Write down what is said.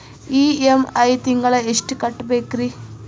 EMI ತಿಂಗಳ ಎಷ್ಟು ಕಟ್ಬಕ್ರೀ?